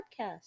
podcast